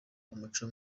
umuco